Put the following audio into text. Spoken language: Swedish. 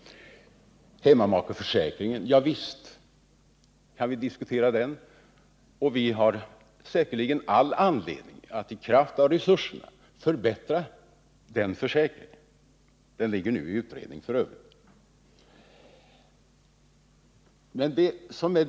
Hemmamakeförsäkringen — visst kan vi diskutera den, och vi har säkerligen anledning att i mån av resurser förbättra den försäkringen; den frågan är f. ö. nu under utredning.